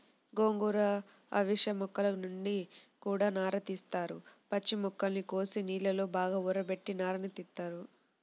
గోంగూర, అవిశ మొక్కల నుంచి గూడా నారని తీత్తారు, పచ్చి మొక్కల్ని కోసి నీళ్ళలో బాగా ఊరబెట్టి నారని తీత్తారు